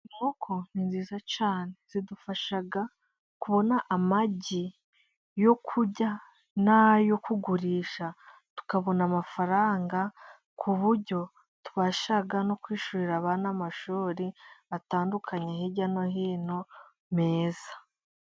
Inkoko ni nziza cyane zidufasha kubona amagi yo kurya n'ayo kugurisha, tukabona amafaranga ku buryo tubasha no kwishyurira abana amashuri atandukanye, hirya no hino meza.